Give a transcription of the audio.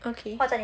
okay